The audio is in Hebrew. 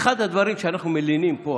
אחד הדברים שאנחנו מלינים פה,